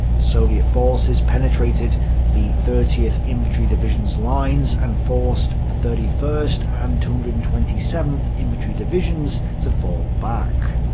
soviet forces penetrated the thirtieth infantry division's lines, and forced the thirty first and two hundred and twenty seventh infantry division's to fall back.